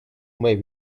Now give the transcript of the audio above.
may